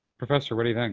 professor, what do you